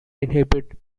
inhibit